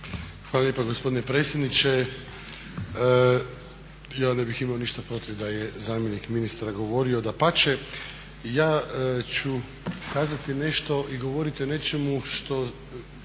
Hvala lijepa gospodine predsjedniče. Ja ne bih imao ništa protiv da je zamjenik ministra govorio, dapače. Ja ću kazati nešto i govoriti o nečemu što